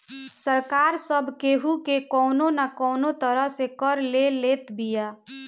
सरकार सब केहू के कवनो ना कवनो तरह से कर ले लेत बिया